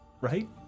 Right